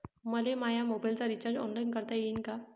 मले माया मोबाईलचा रिचार्ज ऑनलाईन करता येईन का?